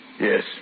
Yes